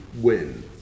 win